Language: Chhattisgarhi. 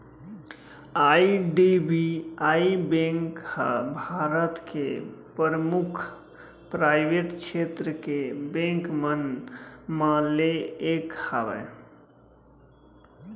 आई.डी.बी.आई बेंक ह भारत के परमुख पराइवेट छेत्र के बेंक मन म ले एक हवय